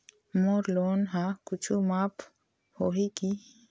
मोर loan हा कुछू माफ होही की?